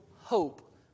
hope